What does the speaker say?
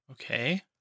Okay